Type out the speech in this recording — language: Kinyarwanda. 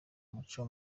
muco